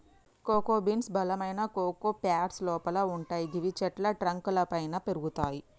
cocoa beans బలమైన cocoa pods లోపల వుంటయ్ గివి చెట్ల ట్రంక్ లపైన పెరుగుతయి